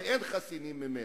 ואין חסינים מפניו.